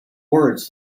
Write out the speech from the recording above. words